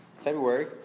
February